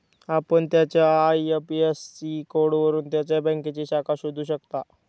आपण त्याच्या आय.एफ.एस.सी कोडवरून त्याच्या बँकेची शाखा शोधू शकता